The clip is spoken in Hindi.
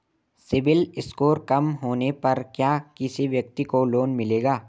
सिबिल स्कोर बहुत कम होने पर क्या किसी व्यक्ति को लोंन मिलेगा?